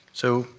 so,